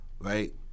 Right